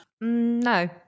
No